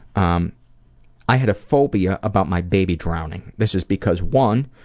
um i had a phobia about my baby drowning. this is because one,